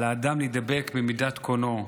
על האדם להידבק במידת קונו: